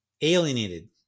alienated